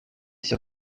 sur